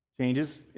Changes